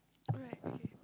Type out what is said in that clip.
alright okay